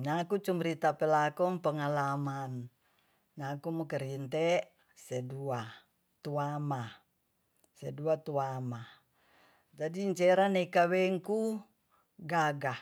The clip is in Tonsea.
Nyaku cuma mocirita pelakong pengalaman nyaku mokerinte se dua tuama- jadi inceeran ukawengku gaga